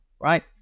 right